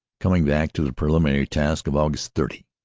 coming back to the preliminary task of aug. thirty,